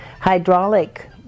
hydraulic